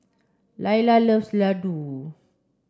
Laila loves Ladoo